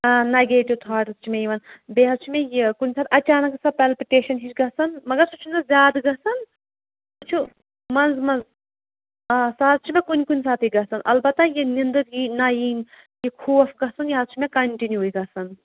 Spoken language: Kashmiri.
آ نَگیٹِو تھاٹٕز چھِ مےٚ یِوان بیٚیہِ حظ چھِ مےٚ یہِ کُنہِ ساتہٕ اچانَک سۄ پَلپٹیشَن ہِش گژھان مگر سُہ چھِنہٕ زیادٕ گژھان چھُ مَنٛز مَنٛز آ سۄ حظ چھِ مےٚ کُنہِ کُنہِ ساتٕے گژھن البتہ یہِ نںدٕر یِنۍ نہ یِنۍ یہِ خوف گژھُن یہِ حظ چھِ مےٚ کَنٹِنیوٗوٕے گژھان